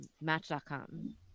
match.com